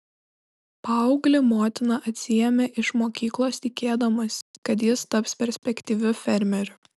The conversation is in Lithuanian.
paauglį motina atsiėmė iš mokyklos tikėdamasi kad jis taps perspektyviu fermeriu